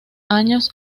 años